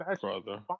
brother